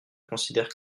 considère